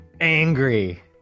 angry